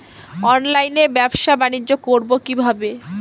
অনলাইনে ব্যবসা বানিজ্য করব কিভাবে?